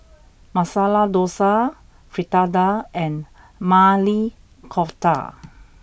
Masala Dosa Fritada and Maili Kofta